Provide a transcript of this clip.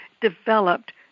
developed